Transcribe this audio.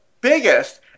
biggest